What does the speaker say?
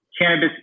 cannabis